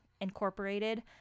incorporated